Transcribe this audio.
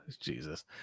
Jesus